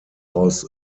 aus